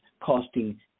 costing